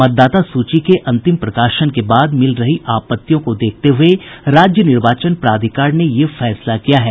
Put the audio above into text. मतदाता सूची के अंतिम प्रकाशन के बाद मिल रही आपत्तियों को देखते हुए राज्य निर्वाचन प्राधिकार ने यह फैसला किया है